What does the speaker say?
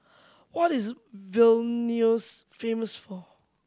what is Vilnius famous for